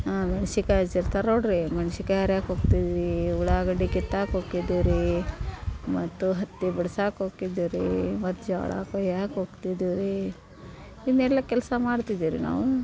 ಆಂ ಮೆಣ್ಸಿನ್ಕಾಯ್ ಹಚ್ಚಿರ್ತಾರ್ ನೋಡಿರಿ ಮೆಣ್ಸಿಕಾಯ್ ಹರ್ಯಾಕ್ ಹೋಗ್ತಿದ್ವಿ ಉಳ್ಳಾಗಡ್ಡಿ ಕೆತ್ತಾಕ್ಕೆ ಹೋಕಿದ್ದುವ್ ರೀ ಮತ್ತು ಹತ್ತಿ ಬಿಡ್ಸಕ್ಕ ಹೋಕಿದ್ದುವ್ ರೀ ಮತ್ತು ಜೋಳ ಕೊಯ್ಯಾಕ ಹೋಗ್ತಿದ್ದುವು ರೀ ಇವನ್ನೆಲ್ಲ ಕೆಲಸ ಮಾಡ್ತಿದ್ದೇವೆ ರಿ ನಾವು